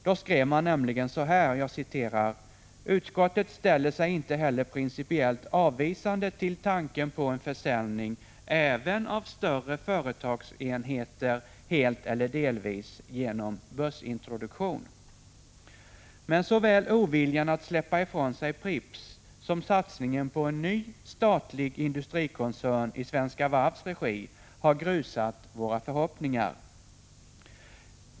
Då skrev man nämligen så här: ”Utskottet ställer sig inte heller principiellt avvisande till tanken på försäljning även av större företagsenheter, helt eller delvis, genom börsintroduktion.” Men såväl oviljan att släppa ifrån sig Pripps som satsningen på en ny statlig industrikoncern i Svenska Varvs regi har grusat våra förhoppningar.